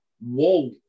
whoa